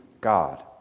God